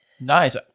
Nice